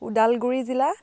ওদালগুৰি জিলা